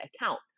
account